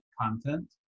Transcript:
content